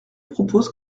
propose